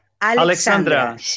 Alexandra